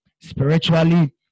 spiritually